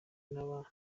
n’abana